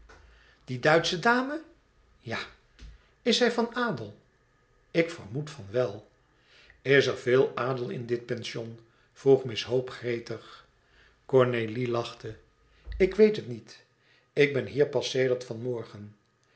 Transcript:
die duitsche dame ja is zij van adel ik vermoed van wel is er veel adel in dit pension vroeg miss hope gretig cornélie lachte ik weet het niet ik ben hier pas sedert van morgen